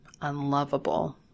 unlovable